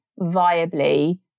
viably